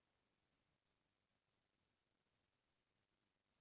खाता खोले मा कतका पइसा लागथे?